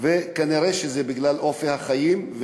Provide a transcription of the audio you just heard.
וכנראה זה בגלל אופי החיים.